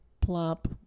Plop